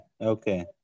okay